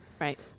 Right